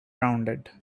rounded